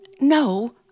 No